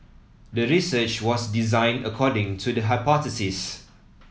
the research was designed according to the hypothesis